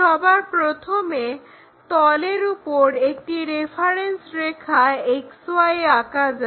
সবার প্রথমে তলের ওপর একটি রেফারেন্স রেখা XY আঁকা যাক